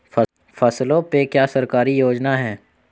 फसलों पे क्या सरकारी योजना है?